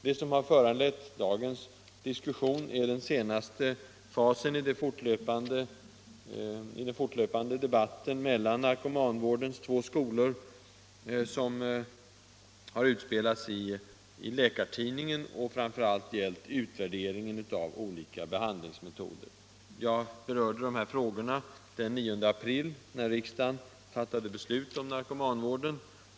Det som har föranlett dagens diskussion är den senaste fasen i den fortlöpande debatten mellan narkomanvårdens två skolor, som har utspelats i Läkartidningen och som framför allt har gällt utvärderingen av olika behandlingsmetoder. Jag berörde de här frågorna den 9 april, när riksdagen fattade beslut om narkomanvården.